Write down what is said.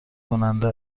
کننده